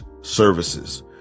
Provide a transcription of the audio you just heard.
services